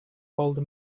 old